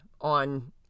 on